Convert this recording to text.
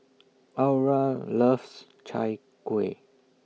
Aura loves Chai Kueh